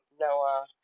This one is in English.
Noah